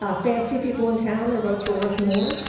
ah fancy people in town their votes were worth more,